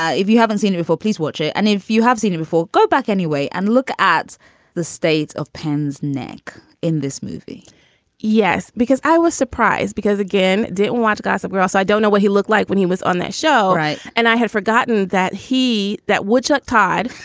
if you haven't seen it before, please watch it. and if you have seen it before. go back anyway and look at the state of penn's neck in this movie yes. because i was surprised because, again, didn't want to go somewhere else. i don't know what he looked like when he was on that show. right. and i had forgotten that he that woodchuck todd,